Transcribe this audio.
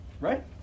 right